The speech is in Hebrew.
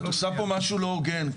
את עושה פה משהו לא הוגן,